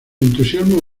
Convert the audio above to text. entusiasmo